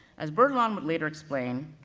as bertalan would later explain,